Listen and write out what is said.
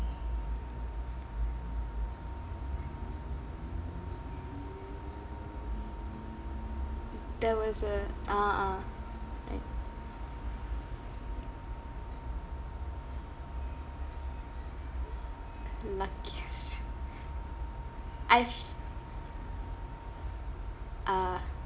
there was a ah ah right luckiest I've uh